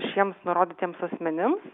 šiems nurodytiems asmenims